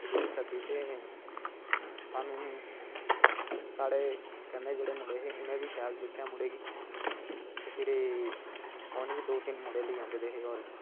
police सद्दी ते स्हानू साढ़ै़ कन्ने जेहडे मुडे़ हे उनें बी शैल चुत्थेआ मुड़े गी ते फिरी उनें बी दो तिन मुडे़ लेई आंदे दे हे और